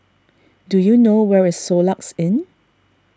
do you know where is Soluxe Inn